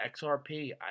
XRP